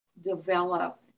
develop